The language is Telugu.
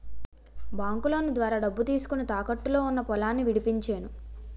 బాంకులోను ద్వారా డబ్బు తీసుకొని, తాకట్టులో ఉన్న పొలాన్ని విడిపించేను